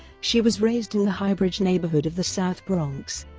she was raised in the highbridge neighborhood of the south bronx,